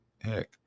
heck